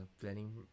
Planning